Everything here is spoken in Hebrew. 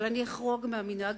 אבל אני אחרוג מהמנהג